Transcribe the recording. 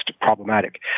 problematic